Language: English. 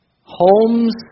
Homes